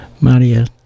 Maria